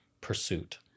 pursuit